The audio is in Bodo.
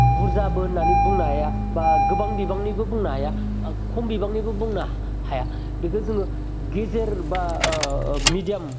बुरजाबो होन्नानै बुंनो हाया बा गोबां बिबांनिबो बुंनो हाया बा खम बिबांनिबो बुंनो हाया बेखौ जोङो गेजेर बा मिदियाम